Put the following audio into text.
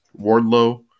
Wardlow